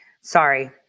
Sorry